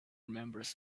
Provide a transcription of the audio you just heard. members